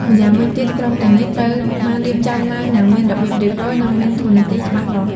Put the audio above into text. ម្យ៉ាងវិញទៀត ក្រុមទាំងនេះត្រូវបានរៀបចំឡើងយ៉ាងមានរបៀបរៀបរយ និងមានតួនាទីច្បាស់លាស់។